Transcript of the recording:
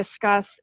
discuss